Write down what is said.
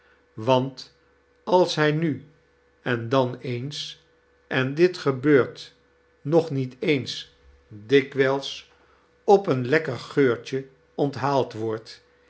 want als hij mi en dan eens en dit gebenrt nog niet eens dikwijls op een lekker geurtje onthaald wordt